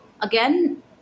again